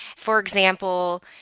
for example,